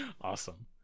Awesome